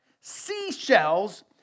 seashells